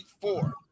four